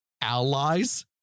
allies